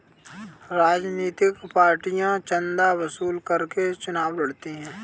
राजनीतिक पार्टियां चंदा वसूल करके चुनाव लड़ती हैं